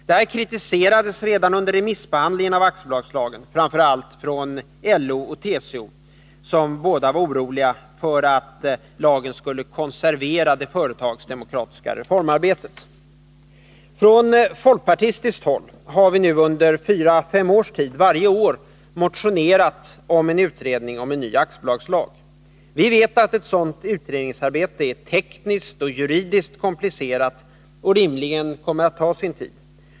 Detta kritiserades redan under remissbehandlingen av aktiebolagslagen, framför allt av LO och TCO, som båda var oroliga för att lagen skulle försvåra det företagsdemokratiska reformarbetet. Från folkpartistiskt håll har vi under fyra fem års tid varje år motionerat om en utredning om en ny aktiebolagslag. Vi vet att ett sådant utredningsarbete är tekniskt och juridiskt komplicerat och rimligen kommer att ta sin tid.